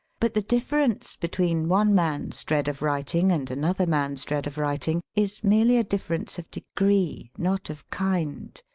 but the difference between one man's dread of writing and another man's dread of writing is merely a difference of degree, not of kind.